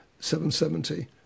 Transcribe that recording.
770